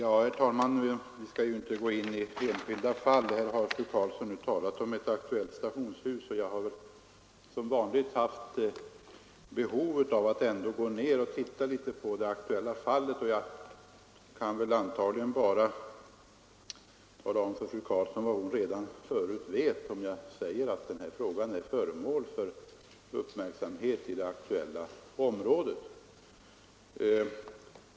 Herr talman! Vi skall ju inte gå in på enskilda fall. Här har fru Karlsson nu talat om ett aktuellt stationshus. Jag har som vanligt haft behov av att ändå se litet på det aktuella fallet, och jag talar antagligen bara om för fru Karlsson vad hon redan vet, om jag säger att den här frågan är föremål för uppmärksamhet i det berörda området.